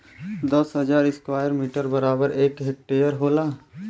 दस हजार square metre बराबर एक हेक्टेयर होला